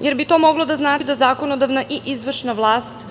jer bi to moglo da znači da zakonodavna i izvršna vlast